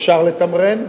אפשר לתמרן,